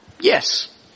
yes